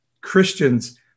Christians